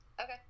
Okay